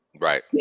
Right